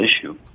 issue